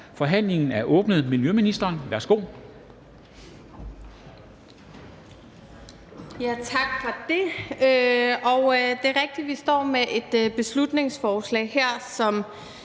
Forhandlingen er åbnet. Miljøministeren, værsgo.